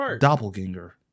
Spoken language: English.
doppelganger